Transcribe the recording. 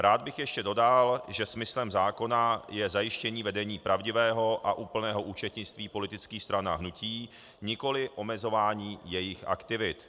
Rád bych ještě dodal, že smyslem zákona je zajištění vedení pravdivého a úplného účetnictví politických stran a hnutí, nikoliv omezování jejich aktivit.